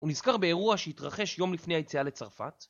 ונזכר באירוע שהתרחש יום לפני היציאה לצרפת.